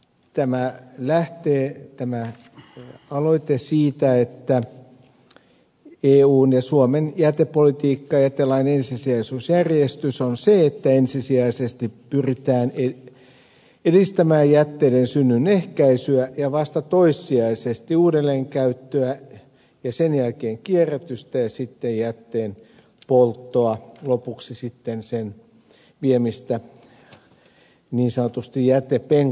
tämä aloite lähtee siitä että eun ja suomen jätepolitiikka ja jätelain ensisijaisuusjärjestys on se että ensisijaisesti pyritään edistämään jätteiden synnyn ehkäisyä ja vasta toissijaisesti uudelleenkäyttöä ja sen jälkeen kierrätystä ja sitten jätteen polttoa sekä lopuksi sen viemistä niin sanotusti jätepenkkaan